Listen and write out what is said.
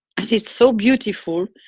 and it's so beautiful,